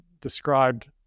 described